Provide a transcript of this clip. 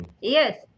yes